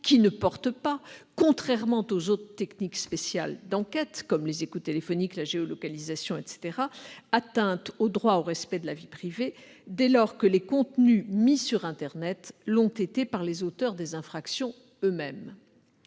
qui ne porte pas atteinte, contrairement aux autres techniques spéciales d'enquête- écoutes téléphoniques, géolocalisation, etc. -, au droit au respect de la vie privée, dès lors que les contenus mis sur internet l'ont été par les auteurs des infractions eux-mêmes.